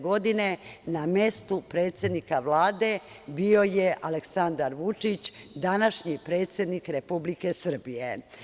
Godine 2014. na mestu predsednika Vlade bio je Aleksandar Vučić, današnji predsednik Republike Srbije.